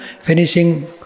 finishing